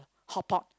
hotpot